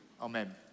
Amen